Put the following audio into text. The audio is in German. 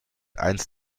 eins